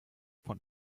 von